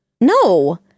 No